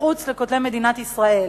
מחוץ למדינת ישראל.